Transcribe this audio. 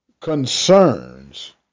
concerns